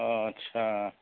आटसा